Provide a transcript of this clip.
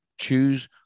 Choose